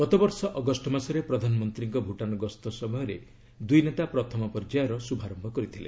ଗତବର୍ଷ ଅଗଷ୍ଟ ମାସରେ ପ୍ରଧାନମନ୍ତ୍ରୀଙ୍କ ଭୁଟାନ୍ ଗସ୍ତ ସମୟରେ ଦୁଇ ନେତା ପ୍ରଥମ ପର୍ଯ୍ୟାୟର ଶୁଭାରୟ କରିଥିଲେ